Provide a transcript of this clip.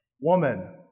Woman